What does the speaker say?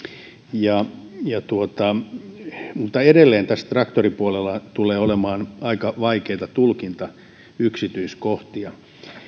mutta edelleen tässä traktoripuolella tulee olemaan aika vaikeita tulkintayksityiskohtia